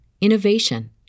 innovation